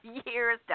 years